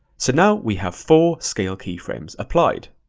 so now we have four scale keyframes applied.